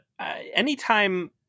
anytime